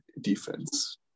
defense